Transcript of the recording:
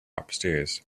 upstairs